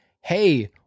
hey